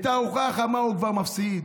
את הארוחה החמה הוא כבר מפסיד.